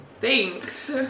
Thanks